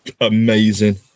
Amazing